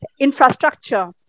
infrastructure